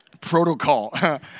Protocol